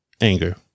anger